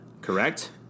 Correct